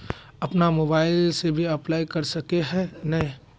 अपन मोबाईल से भी अप्लाई कर सके है नय?